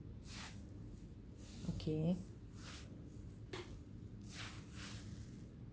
okay